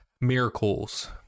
miracles